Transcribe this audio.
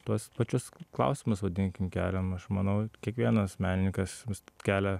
tuos pačius klausimus vadinkim keliam aš manau kiekvienas menininkas kelia